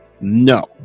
No